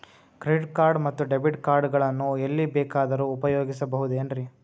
Credit card ಮತ್ತು debit card ಗಳನ್ನು ಎಲ್ಲಿ ಬೇಕಾದ್ರು ಉಪಯೋಗಿಸಬಹುದೇನ್ರಿ?